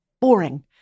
boring